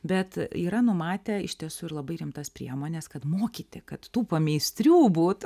bet yra numatę iš tiesų ir labai rimtas priemones kad mokyti kad tų pameistrių būtų